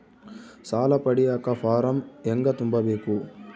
ಸಾಲ ಪಡಿಯಕ ಫಾರಂ ಹೆಂಗ ತುಂಬಬೇಕು?